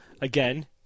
Again